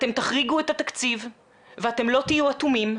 אתם תחריגו את התקציב ואתם לא תהיו אטומים,